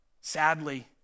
sadly